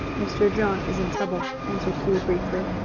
mr. john is in trouble, answered hugh briefly.